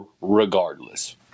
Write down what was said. regardless